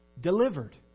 delivered